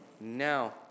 now